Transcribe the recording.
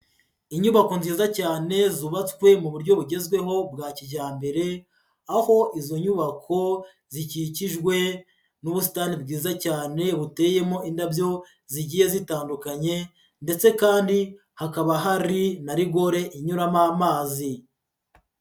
Inyubako nziza cyane zubatswe mu buryo bwa kijyambere, aho izo nyubako zikikijwe n'ubusitani bwiza cyane buteyemo indabyo zigiye zitandukanye ndetse kandi hakaba hari na rigore inyuramo amazi.